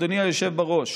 אדוני היושב בראש,